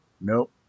Nope